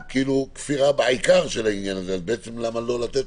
כפירה בעיקר של העניין הזה למה לא לתת